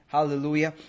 Hallelujah